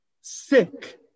sick